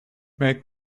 make